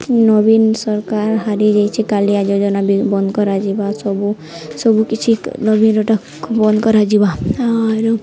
ନବୀନ ସରକାର ହାରି ଯାଇଛି କାଲିଆ ଯୋଜନା ବି ବନ୍ଦ କରାଯିବା ସବୁ ସବୁ କିିଛି ନବୀନ୍ରଟା ବନ୍ଦ କରାଯିବା ଆର୍